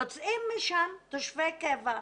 יוצאים משם תושבי קבע.